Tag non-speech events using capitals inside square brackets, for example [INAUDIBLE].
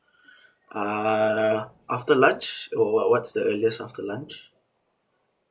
[BREATH] uh after lunch wha~ wha~ what's the earliest after lunch